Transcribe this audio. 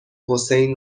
حسین